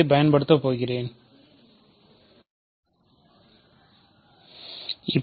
இதைப் பயன்படுத்த நான் போகிறேன் ஆகும்